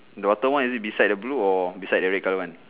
the bottom [one] is it beside the blue or the red colour [one]